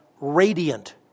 radiant